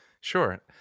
Sure